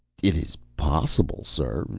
it is possible, sir.